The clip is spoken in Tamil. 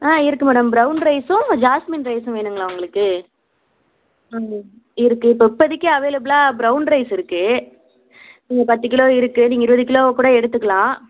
ஆ இருக்குது மேடம் ப்ரௌன் ரைஸும் ஜாஸ்மின் ரைஸும் வேணுங்களா உங்களுக்கு இருக்குது இப்போ இப்போதிக்கு அவைலபிளாக ப்ரௌன் ரைஸ் இருக்குது இங்கே பத்து கிலோ இருக்குது நீங்கள் இருபது கிலோவாகக் கூட எடுத்துக்கலாம்